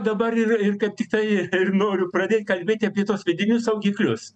dabar ir kaip tik tai ir noriu pradėt kalbėti apie tuos vidinius saugiklius